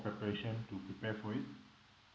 preparation to prepare for it